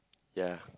ya